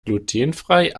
glutenfrei